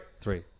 Three